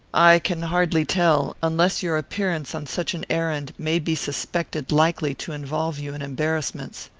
i can hardly tell, unless your appearance on such an errand may be suspected likely to involve you in embarrassments.